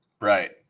Right